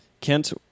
Kent